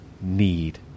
need